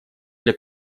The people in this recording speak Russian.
для